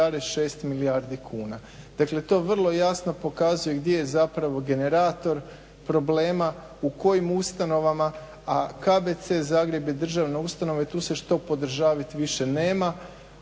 1,6 milijardi kuna. Dakle, to vrlo jasno pokazuje gdje je zapravo generator problema u kojim ustanovama, a KBC Zagreb je državna ustanova i tu se što podržavit više nema.